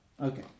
Okay